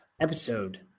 episode